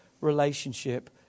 Relationship